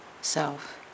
self